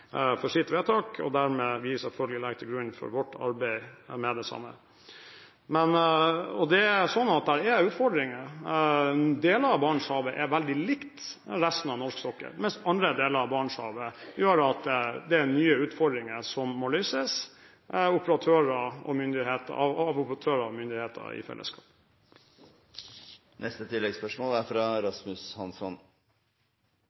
sitt vedtak, og som vi legger til grunn for vårt arbeid med det samme. Det er utfordringer – deler av Barentshavet er veldig likt resten av norsk sokkel, mens andre deler av Barentshavet gjør at det er nye utfordringer som må løses av operatører og myndigheter i fellesskap. Rasmus Hansson – til oppfølgingsspørsmål. Det er